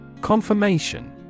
Confirmation